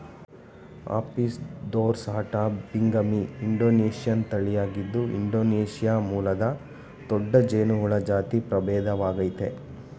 Apis dorsata binghami Indonesian ತಳಿಯಾಗಿದ್ದು Indonesia ಮೂಲದ ದೊಡ್ಡ ಜೇನುಹುಳ ಜಾತಿ ಪ್ರಭೇದವಾಗಯ್ತೆ